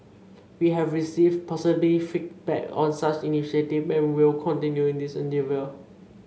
we have received positive feedback on such initiative and will continue in this endeavour